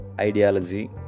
ideology